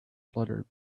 fluttered